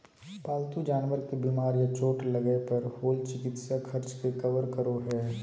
पालतू जानवर के बीमार या चोट लगय पर होल चिकित्सा खर्च के कवर करो हइ